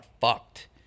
fucked